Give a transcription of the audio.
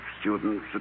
students